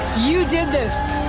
you did this.